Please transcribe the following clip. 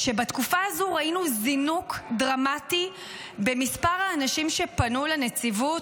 בתקופה הזו ראינו זינוק דרמטי במספר האנשים שפנו לנציבות,